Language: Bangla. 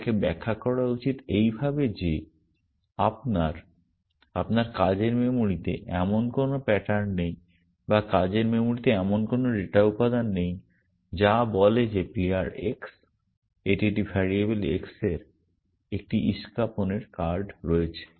এটাকে ব্যাখ্যা করা উচিত এইভাবে যে আপনার আপনার কাজের মেমরিতে এমন কোন প্যাটার্ন নেই বা কাজের মেমরিতে এমন কোন ডেটা উপাদান নেই যা বলে যে প্লেয়ার x এটি একটি ভেরিয়েবল x এর একটি ইস্কাপন এর কার্ড রয়েছে